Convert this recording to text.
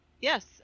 Yes